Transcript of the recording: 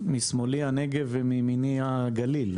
משמאלי הנגב ומימיני הגליל.